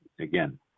again